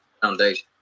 Foundation